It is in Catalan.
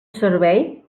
servei